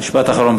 משפט אחרון,